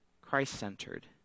Christ-centered